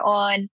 on